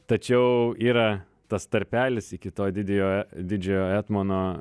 tačiau yra tas tarpelis iki to didiojo didžiojo etmono